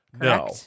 No